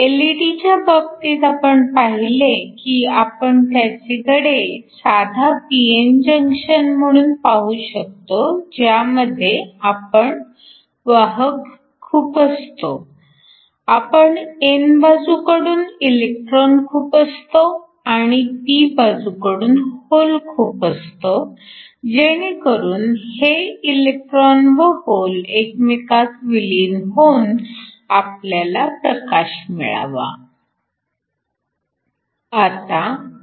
एलईडीच्या बाबतीत आपण पाहिले की आपण त्याचेकडे साधा p n जंक्शन म्हणून पाहू शकतो ज्यामध्ये आपण वाहक खुपसतो आपण n बाजूकडून इलेकट्रॉन खुपसतो आणि p बाजूकडून होल खुपसतो जेणेकरून हे इलेक्ट्रॉन व होल एकमेकांत विलीन होऊन आपल्याला प्रकाश मिळावा